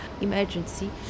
emergency